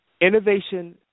Innovation